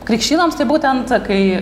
krikštynoms tai būtent kai